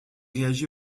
réagit